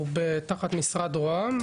הוא תחת משרד רוה"מ.